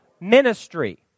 ministry